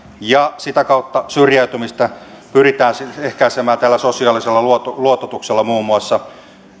ja sitä kautta syrjäytymistä pyritään siis ehkäisemään tällä sosiaalisella luototuksella muun muassa